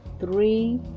three